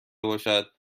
باشد